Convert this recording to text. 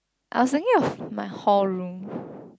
I was thinking of my hall room